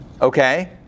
okay